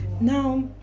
now